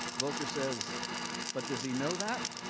volker says but does he know that?